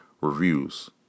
reviews